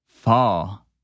Fall